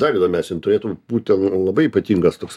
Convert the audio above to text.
dar įdomesnėm turėtų būt ten labai ypatingas toks